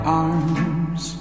arms